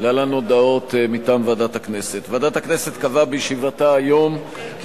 להלן הודעות מטעם ועדת הכנסת: 1. ועדת הכנסת קבעה בישיבתה היום כי